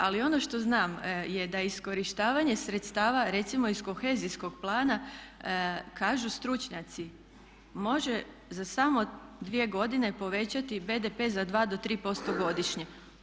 Ali ono što znam je da iskorištavanje sredstava recimo iz kohezijskog plana kažu stručnjaci može za samo 2 godine povećati BDP za 2 do 3% godišnje.